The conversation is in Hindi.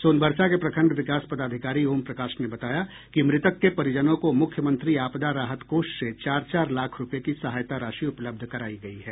सोनबरसा के प्रखंड विकास पदाधिकारी ओम प्रकाश ने बताया कि मृतक के परिजनों को मुख्यमंत्री आपदा राहत कोष से चार चार लाख रूपये की सहायता राशि उपलब्ध करायी गयी है